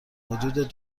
حدود